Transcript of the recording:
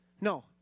No